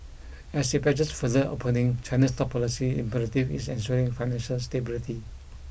as it pledges further opening China's top policy imperative is ensuring financial stability